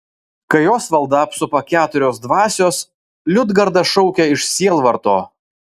kai osvaldą apsupa keturios dvasios liudgarda šaukia iš sielvarto